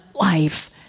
life